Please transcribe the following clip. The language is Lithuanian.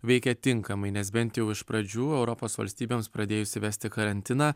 veikia tinkamai nes bent jau iš pradžių europos valstybėms pradėjus įvesti karantiną